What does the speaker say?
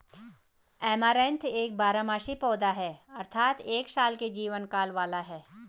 amaranth एक बारहमासी पौधा है अर्थात एक साल के जीवन काल वाला है